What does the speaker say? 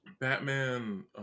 Batman